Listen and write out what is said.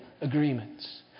agreements